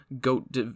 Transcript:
goat